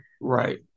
Right